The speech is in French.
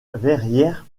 verrières